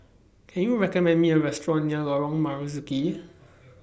Can YOU recommend Me A Restaurant near Lorong Marzuki